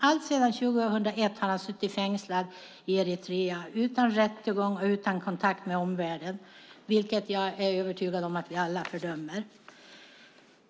Alltsedan 2001 har han suttit fängslad i Eritrea utan rättegång och utan kontakt med omvärlden, vilket jag är övertygad om att vi alla fördömer.